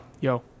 Yo